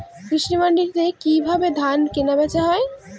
কৃষান মান্ডিতে কি ভাবে ধান কেনাবেচা হয়?